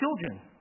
children